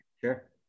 Sure